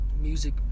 music